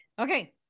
Okay